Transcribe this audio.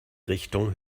richtung